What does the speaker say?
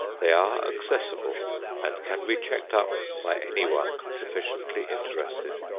they are accessible and can be checked up by any one sufficiently interested.